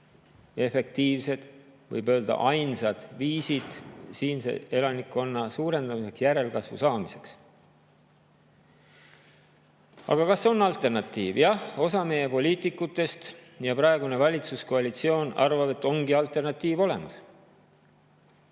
efektiivsed, ja võib öelda, ainsad viisid siinse elanikkonna suurendamiseks, järelkasvu saamiseks. Aga kas on alternatiiv? Jah, osa meie poliitikutest ja praegune valitsuskoalitsioon arvab, et ongi alternatiiv olemas.